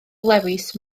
lewis